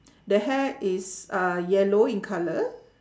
the hair is uhh yellow in colour